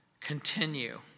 continue